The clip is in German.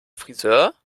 frisör